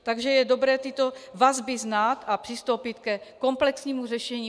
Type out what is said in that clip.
Takže je dobré tyto vazby znát a přistoupit ke komplexnímu řešení.